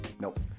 nope